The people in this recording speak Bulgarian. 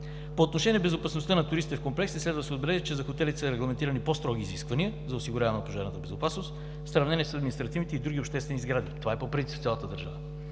По отношение на безопасността на туристите в комплекса следва да се отбележи, че за хотелите са регламентирани по-строги изисквания за осигуряване на пожарната безопасност в сравнение с административните и други обществени сгради. Това е по принцип в цялата държава.